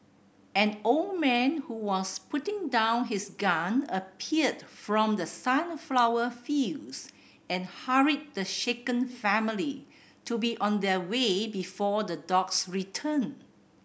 an old man who was putting down his gun appeared from the sunflower fields and hurried the shaken family to be on their way before the dogs return